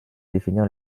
définir